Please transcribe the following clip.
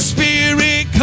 Spirit